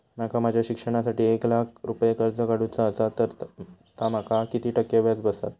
माका माझ्या शिक्षणासाठी एक लाख रुपये कर्ज काढू चा असा तर माका किती टक्के व्याज बसात?